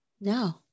No